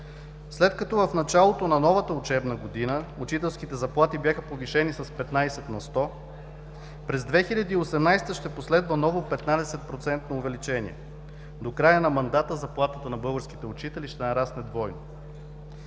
След като в началото на новата учебна година учителските заплати бяха повишени с 15 на сто, през 2018 г. ще последва ново 15-процентно увеличение. До края на мандата заплатата на българските учители ще нарасне двойно.